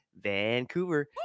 Vancouver